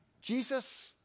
Jesus